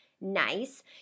nice